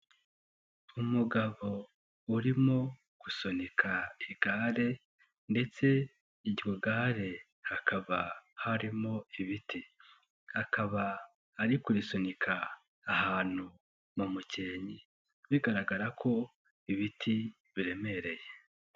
Umugabo urimo gusunika igare ndetse iryo gare hakaba harimo ibiti, akaba ari kurisunika ahantu mu mukenke bigaragara ko ibiti biremereye.